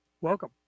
welcome